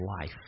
life